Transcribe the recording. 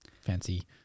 fancy